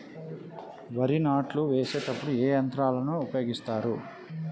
వరి నాట్లు వేసేటప్పుడు ఏ యంత్రాలను ఉపయోగిస్తారు?